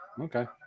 Okay